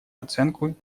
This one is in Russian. оценку